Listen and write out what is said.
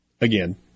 again